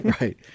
right